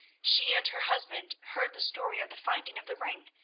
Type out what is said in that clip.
she and her husband heard the story of the finding of the ring,